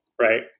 Right